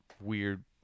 weird